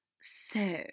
So